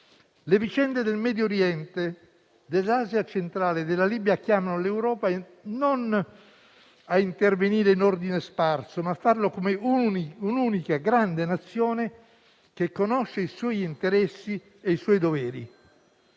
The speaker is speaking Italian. Le vicende del Medio Oriente, dell'Asia centrale e della Libia chiamano l'Europa non a intervenire in ordine sparso, ma a farlo come un'unica grande nazione che conosce i suoi interessi e i suoi doveri.